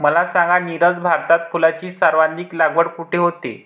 मला सांगा नीरज, भारतात फुलांची सर्वाधिक लागवड कुठे होते?